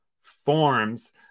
forms